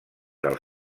del